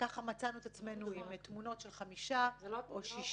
וכך מצאנו את עצמנו עם תמונות של חמישה או שישה